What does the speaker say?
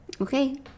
Okay